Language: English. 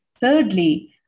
Thirdly